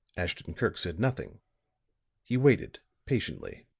ashton-kirk said nothing he waited patiently.